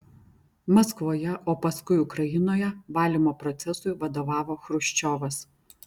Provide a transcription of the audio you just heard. maskvoje o paskui ukrainoje valymo procesui vadovavo chruščiovas